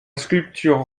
sculpture